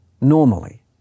normally